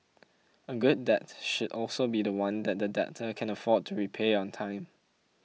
a good debt should also be one that the debtor can afford to repay on time